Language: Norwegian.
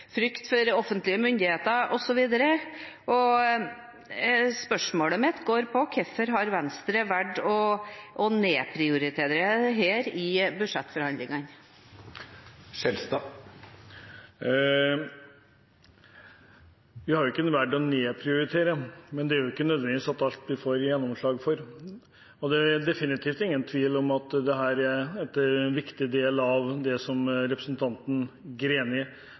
frykt for offentlige myndigheter, osv. Spørsmålet mitt er: Hvorfor har Venstre valgt å nedprioritere dette i budsjettforhandlingene? Vi har ikke valgt å nedprioritere det, men det er ikke nødvendigvis alt man får gjennomslag for. Det er definitivt ingen tvil om at dette er en viktig del av det som representanten Greni